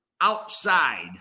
outside